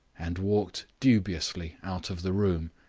and walked dubiously out of the room.